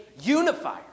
unifier